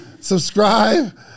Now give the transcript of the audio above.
subscribe